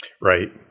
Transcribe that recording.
Right